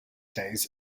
days